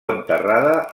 enterrada